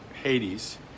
Hades